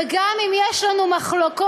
וגם אם יש לנו מחלוקות,